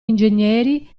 ingegneri